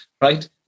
right